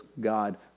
God